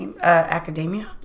Academia